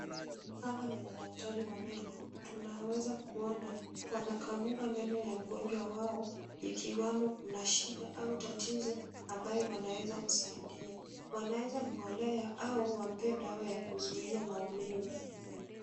Hawa ni madaktari wa meno. Tunaweza kuona, wanakagua meno ya mgonjwa wao, ikiwamo kuna shida au tatizo ambayo wanaweza kusaidia. Wanaweza mng'olea au wampee dawa ya kuzuia maumivu.